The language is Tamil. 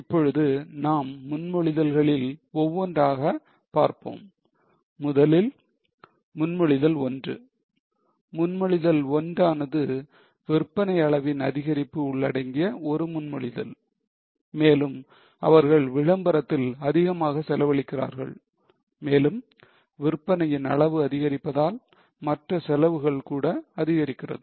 இப்பொழுது நாம் முன்மொழிதல்களில் ஒவ்வொன்றாக பார்ப்போம் முதலில் முன்மொழிதல் 1 முன்மொழிதல் 1 ஆனது விற்பனை அளவின் அதிகரிப்பு உள்ளடங்கிய ஒரு முன்மொழிதல் மேலும் அவர்கள் விளம்பரத்தில் அதிகமாக செலவழிக்கிறார்கள் மேலும் விற்பனையின் அளவு அதிகரிப்பதால் மற்ற செலவுகள் கூட அதிகரிக்கிறது